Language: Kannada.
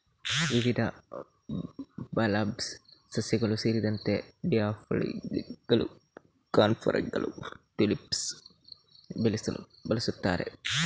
ವಿವಿಧ ಬಲ್ಬಸ್ ಸಸ್ಯಗಳು ಸೇರಿದಂತೆ ಡ್ಯಾಫೋಡಿಲ್ಲುಗಳು, ಕಣ್ಪೊರೆಗಳು, ಟುಲಿಪ್ಸ್ ಬೆಳೆಸಲು ಬಳಸುತ್ತಾರೆ